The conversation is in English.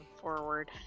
forward